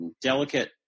delicate